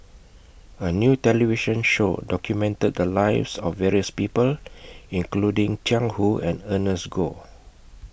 A New television Show documented The Lives of various People including Jiang Hu and Ernest Goh